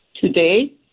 Today